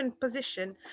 position